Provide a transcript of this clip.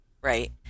right